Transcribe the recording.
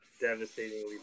devastatingly